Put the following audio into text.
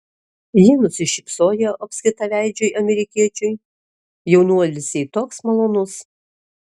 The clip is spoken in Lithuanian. ji nusišypsojo apskritaveidžiui amerikiečiui jaunuolis jai toks malonus